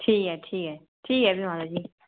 ठीक ऐ ठीक ऐ ठीक ऐ मेरा